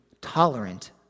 tolerant